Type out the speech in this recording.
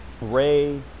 Ray